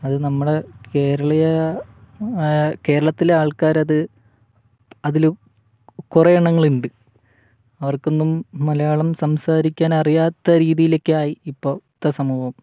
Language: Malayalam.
അത് നമ്മുടെ കേരളീയ കേരളത്തിലെ ആൾക്കാരത് അതില് കുറേ എണ്ണങ്ങളുണ്ട് അവർക്കൊന്നും മലയാളം സംസാരിക്കാനറിയാത്ത രീതിയിലൊക്കെയായി ഇപ്പോഴത്തെ സമൂഹം